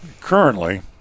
Currently